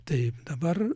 tai dabar